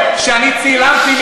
אתה משקר,